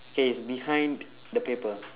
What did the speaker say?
K it's behind the paper